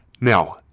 Now